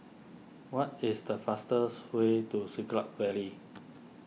what is the fastest way to Siglap Valley